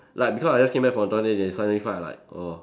like because I just came back from toilet they suddenly fight like err